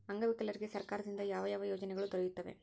ಅಂಗವಿಕಲರಿಗೆ ಸರ್ಕಾರದಿಂದ ಯಾವ ಯಾವ ಯೋಜನೆಗಳು ದೊರೆಯುತ್ತವೆ?